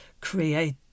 create